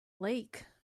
lake